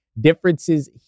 differences